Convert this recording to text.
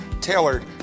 tailored